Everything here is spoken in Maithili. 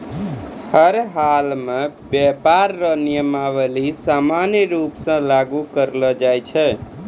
हर हालमे व्यापार रो नियमावली समान रूप से लागू करलो जाय छै